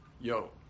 yo